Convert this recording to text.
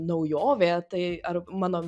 naujovė tai ar mano